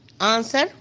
Answer